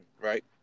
right